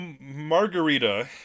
Margarita